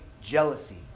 jealousy